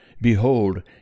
Behold